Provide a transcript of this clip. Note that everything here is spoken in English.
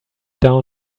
down